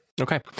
okay